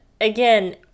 again